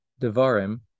Devarim